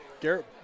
Garrett